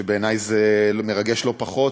שבעיני זה מרגש לא פחות,